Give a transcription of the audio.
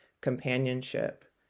companionship